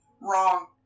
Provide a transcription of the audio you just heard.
Wrong